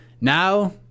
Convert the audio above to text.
Now